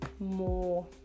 more